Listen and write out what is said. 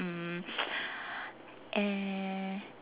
um eh